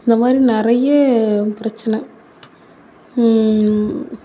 இந்த மாதிரி நிறைய பிரச்சின